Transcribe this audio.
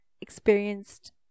experienced